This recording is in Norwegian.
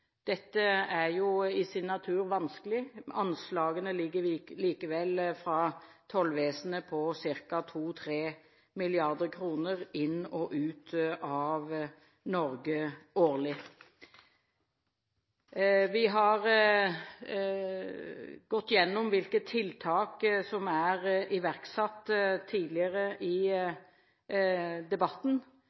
Dette er jo i sin natur vanskelig, anslagene fra tollvesenet ligger likevel på ca. 2–3 mrd. kr inn og ut av Norge årlig. Vi har tidligere i debatten gått igjennom hvilke tiltak som er iverksatt, men det er klart at i